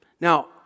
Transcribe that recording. Now